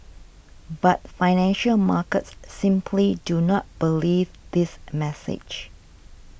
but financial markets simply do not believe this message